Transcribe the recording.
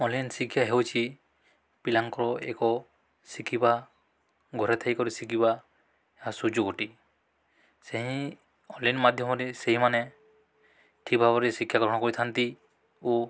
online ଶିକ୍ଷା ହେଉଛିି ପିଲାଙ୍କର ଏକ ଶିଖିବା ଘରେ ଥାଇକରି ଶିଖିବା ଏହା ସୁଯୋଗଟି ସେହି ଅନ୍ଲାଇନ୍ ମାଧ୍ୟମରେ ସେହିମାନେ ଠିକ୍ ଭାବରେ ଶିକ୍ଷା ଗ୍ରହଣ କରିଥାନ୍ତି ଓ